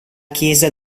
chiesa